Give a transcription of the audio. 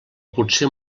potser